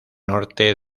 norte